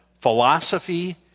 philosophy